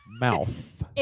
Mouth